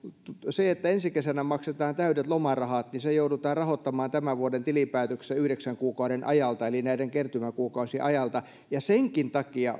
se että ensi kesänä maksetaan täydet lomarahat joudutaan rahoittamaan tämän vuoden tilinpäätöksessä yhdeksän kuukauden ajalta eli näiden kertymäkuukausien ajalta ja senkin takia